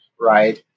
right